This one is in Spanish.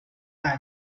años